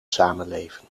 samenleven